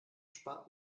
spart